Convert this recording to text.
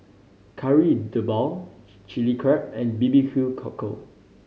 Kari Debal Chilli Crab and B B Q Cockle